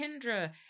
Kendra